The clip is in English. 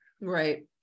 Right